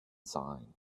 sign